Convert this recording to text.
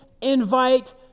invite